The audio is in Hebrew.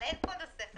אבל אין פה נושא חדש.